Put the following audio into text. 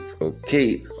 okay